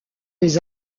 des